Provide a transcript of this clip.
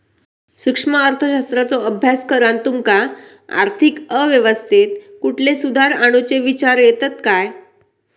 सूक्ष्म अर्थशास्त्राचो अभ्यास करान तुमका आर्थिक अवस्थेत कुठले सुधार आणुचे विचार येतत काय?